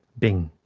bing.